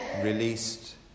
released